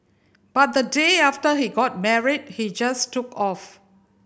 but the day after he got married he just took off